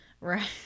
right